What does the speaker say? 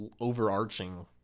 overarching